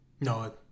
no